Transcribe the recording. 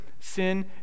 sin